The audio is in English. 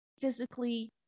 physically